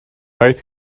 aeth